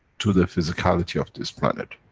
to the physicality of this planet.